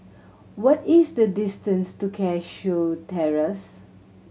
what is the distance to Cashew Terrace